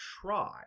try